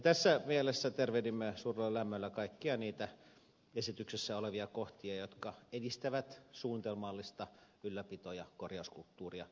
tässä mielessä tervehdimme suurella lämmöllä kaikkia niitä esityksessä olevia kohtia jotka edistävät suunnitelmallista ylläpito ja korjauskulttuuria